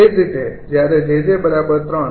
એ જ રીતે જ્યારે 𝑗𝑗 ૩